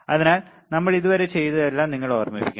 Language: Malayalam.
അതിനാൽ നമ്മൾ ഇതുവരെ ചെയ്തതെല്ലാം നിങ്ങൾ ഓർമ്മിക്കണം